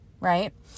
Right